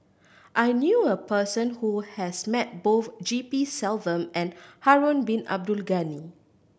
I knew a person who has met both G P Selvam and Harun Bin Abdul Ghani